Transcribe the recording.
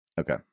Okay